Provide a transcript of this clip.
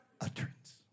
utterance